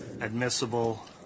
admissible